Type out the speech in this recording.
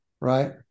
right